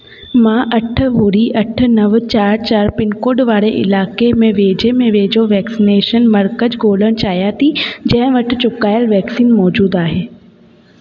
मां अठ ॿुड़ी अठ नव चारि चारि पिनकोड वारे इलाइक़े में वेझे में वेझो वैक्सनेशन मर्कज़ ॻोल्हण चाहियां थी जहिं वटि चुकायल वैक्सीन मौजूदु आहे